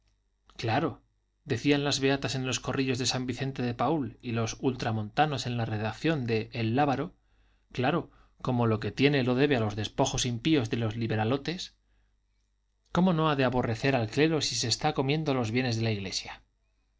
claro decían las beatas en los corrillos de san vicente de paúl y los ultramontanos en la redacción de el lábaro claro como lo que tiene lo debe a los despojos impíos de los liberalotes cómo no ha de aborrecer al clero si se está comiendo los bienes de la iglesia a